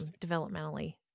developmentally